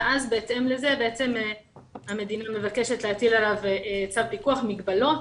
ובהתאם לזה המדינה מבקשת להטיל עליו צו פיקוח מגבלות,